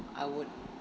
I would